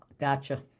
Gotcha